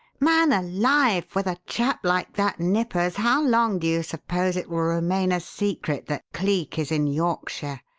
man alive, with a chap like that nippers, how long do you suppose it will remain a secret that cleek is in yorkshire?